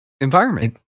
environment